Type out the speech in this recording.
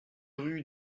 rue